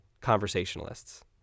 conversationalists